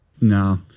no